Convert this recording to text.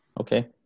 Okay